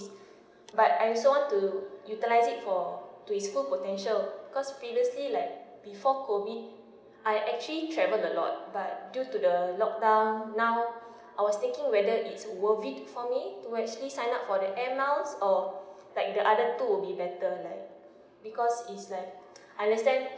but I also want to utilise it for to its full potential cause previously like before COVID I actually travel a lot but due to the lock down now I was thinking whether it's worth it for me to actually sign up for the airmiles or like the other two will be better like because is like understand